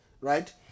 Right